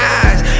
eyes